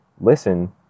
listen